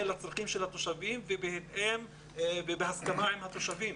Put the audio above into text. לצרכים של התושבים וצריך להיות בהסכמה עם התושבים.